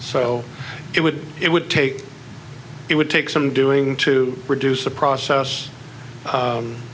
so it would it would take it would take some doing to produce a process